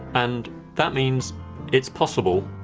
and that means it's possible,